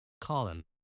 Colin